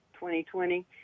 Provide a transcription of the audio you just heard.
2020